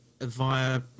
via